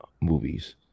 Movies